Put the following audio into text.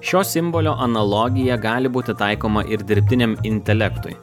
šio simbolio analogija gali būti taikoma ir dirbtiniam intelektui